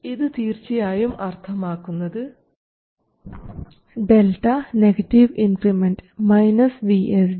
ഇത് തീർച്ചയായും അർത്ഥമാക്കുന്നത് ഡെൽറ്റ നെഗറ്റീവ് ഇൻക്രിമെൻറ് ΔVSG